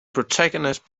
protagonists